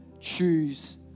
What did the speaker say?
choose